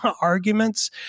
arguments